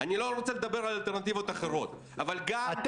אני לא רוצה לדבר על אלטרנטיבות אחרות -- אתם